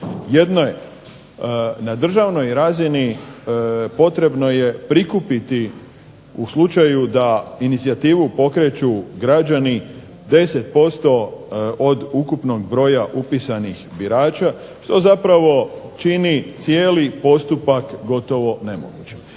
zakon. Jedno je na državnoj razini potrebno je prikupiti u slučaju da inicijativu pokreću građani 10% od ukupnog broja upisanih birača što zapravo čini cijeli postupak gotovo nemogućim.